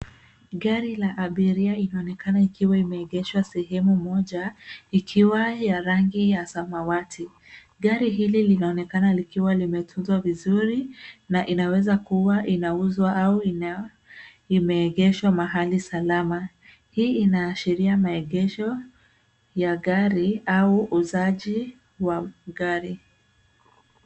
Gari la abiria inaonekana ikiwa imeegeshwa sehemu moja ikiwa ya rangi ya samawati. Gari hili linaonekana likiwa limetunzwa vizuri na inaweza kuwa inauzwa au imeegeshwa mahali salama. Hii inaashiria maegesho ya gari au uuzaji wa gari.